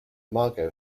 margo